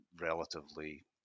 relatively